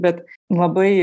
bet labai